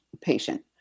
patient